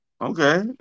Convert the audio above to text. okay